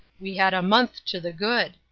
we had a month to the good.